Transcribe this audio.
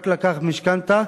רק לקח משכנתה,